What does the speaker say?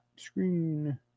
screen